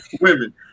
women